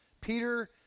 Peter